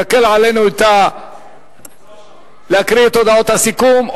יקל עלינו להקריא את הודעות הסיכום.